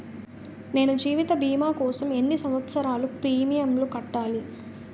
నేను జీవిత భీమా కోసం ఎన్ని సంవత్సారాలు ప్రీమియంలు కట్టాలి?